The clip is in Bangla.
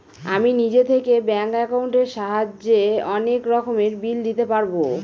আমি নিজে থেকে ব্যাঙ্ক একাউন্টের সাহায্যে অনেক রকমের বিল দিতে পারবো